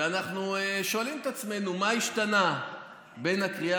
ואנחנו שואלים את עצמנו מה השתנה בין הקריאה